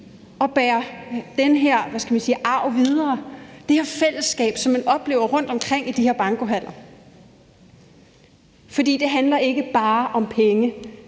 vi sige – arv videre, det her fællesskab, som man oplever rundtomkring i de her bankohaller. For det handler ikke bare om penge